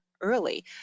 early